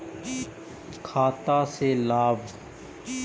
खाता से लाभ?